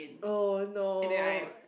oh no